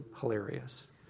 hilarious